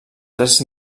tres